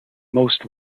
most